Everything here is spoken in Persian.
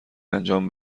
انجام